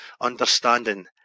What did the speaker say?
understanding